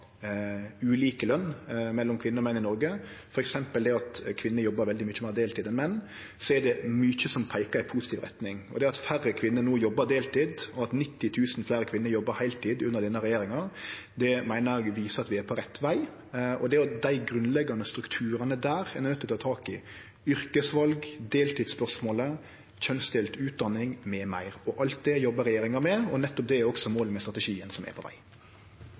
mellom kvinner og menn i Noreg, f.eks. det at kvinner jobbar veldig mykje meir deltid enn menn, er det mykje som peikar i positiv retning. Det at færre kvinner no jobbar deltid, og at 90 000 fleire kvinner jobbar heiltid under denne regjeringa, meiner eg viser at vi er på rett veg. Det er desse grunnleggjande strukturane ein er nøydd til å ta tak i: yrkesval, deltidsspørsmålet, kjønnsdelt utdanning m.m. Alt det jobbar regjeringa med, og nettopp det er også målet med strategien som er på veg.